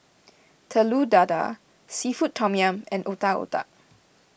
Telur Dadah Seafood Tom Yum and Otak Otak